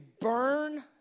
burn